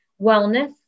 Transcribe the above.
wellness